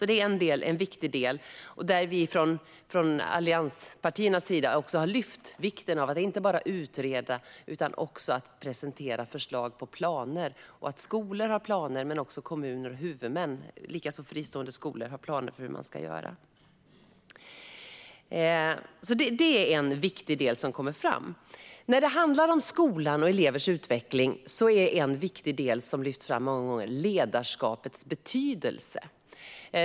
Det här är en viktig del där vi i allianspartierna har lyft upp vikten av att inte bara utreda utan också presentera förslag på planer och att skolor, men också kommuner, huvudmän och likaså fristående skolor, har planer för hur man ska göra. Detta är en viktig del som kommer fram. När det handlar om skolan och elevers utveckling är en viktig del som många gånger lyfts fram ledarskapets betydelse.